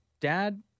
dad